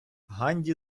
ганді